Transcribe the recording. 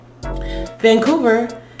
Vancouver